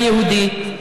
מה זה מדינה יהודית,